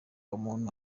umuntu